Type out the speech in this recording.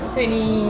Twenty